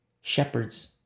shepherds